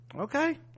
Okay